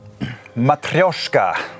Matryoshka